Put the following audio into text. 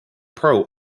pro